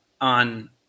on